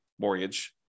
mortgage